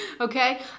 Okay